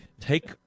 Take